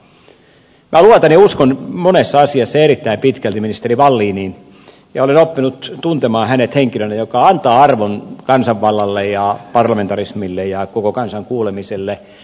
minä luotan ja uskon monessa asiassa erittäin pitkälti ministeri walliniin ja olen oppinut tuntemaan hänet henkilönä joka antaa arvon kansanvallalle ja parlamentarismille ja koko kansan kuulemiselle